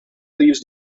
leaves